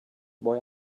boy